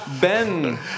Ben